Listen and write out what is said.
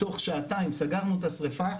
תוך שעתיים סגרנו את השריפה,